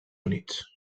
units